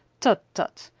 tut, tut!